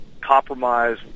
compromise